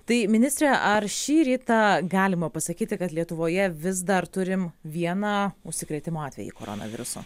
tai ministre ar šį rytą galima pasakyti kad lietuvoje vis dar turim vieną užsikrėtimo atvejį koronaviruso